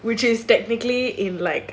which is technically in like